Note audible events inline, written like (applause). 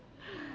(laughs)